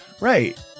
Right